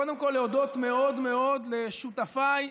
קודם כול להודות מאוד מאוד לשותפיי בנבחרת,